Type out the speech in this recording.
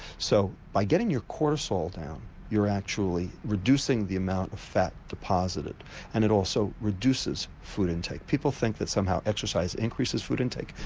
so by getting your cortisol down you're actually reducing the amount of fat deposited and it also reduces food intake. people think that somehow exercise increases food intake,